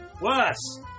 Worse